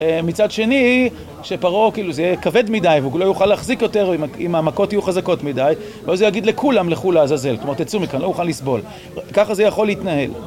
מצד שני, שפרעה, כאילו, זה יהיה כבד מדי והוא לא יוכל להחזיק יותר, אם המכות יהיו חזקות מדי ואז הוא יגיד לכולם, לכול לכו לעזאזאל כלומר, תצאו מכאן, אני לא יוכל לסבול ככה זה יכול להתנהל